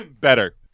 Better